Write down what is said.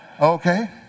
Okay